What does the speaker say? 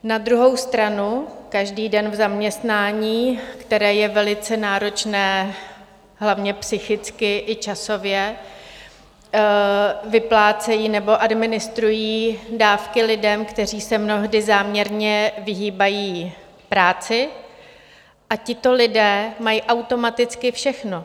Na druhou stranu každý den v zaměstnání, které je velice náročné, hlavně psychicky i časově, vyplácejí nebo administrují dávky lidem, kteří se mnohdy záměrně vyhýbají práci, a tito lidé mají automaticky všechno.